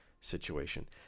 situation